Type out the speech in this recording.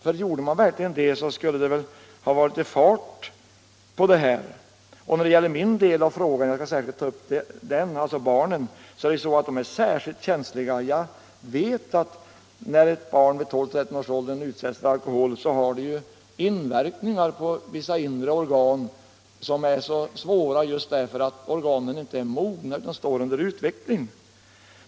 Gjorde man verkligen det skulle det väl varit litet fart på ärendet. Min del av frågorna — för att särskilt ta upp den — gäller barnen, som ju är särskilt känsliga. Jag vet att när ett barn vid 12-13 års ålder utsätts för alkohol har det inverkningar på vissa organ, och de är särskilt svåra just för att organen är under utveckling.